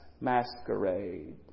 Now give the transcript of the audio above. masquerade